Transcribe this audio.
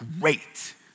great